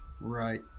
Right